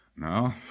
No